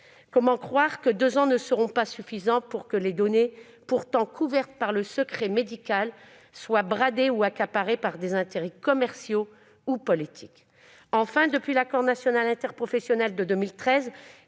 Comment croire que deux ans ne seront pas suffisants pour que les données, pourtant couvertes par le secret médical, soient bradées ou accaparées par des intérêts commerciaux ou politiques ? Enfin, l'accord national interprofessionnel de 2013